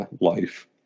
life